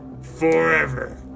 FOREVER